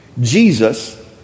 Jesus